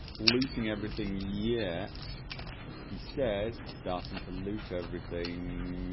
looting everything yet he says, starting to loot everything